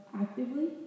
actively